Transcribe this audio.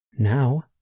Now